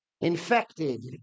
infected